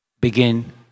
begin